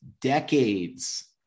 decades